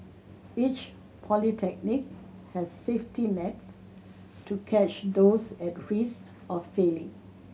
each polytechnic has safety nets to catch those at of failing